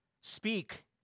speak